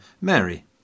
Mary